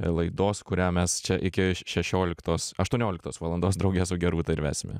laidos kurią mes čia iki šešioliktos aštuonioliktos valandos drauge su gerūta ir vesime